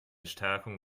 stärkung